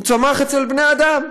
הוא צמח אצל בני אדם.